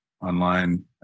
online